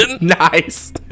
Nice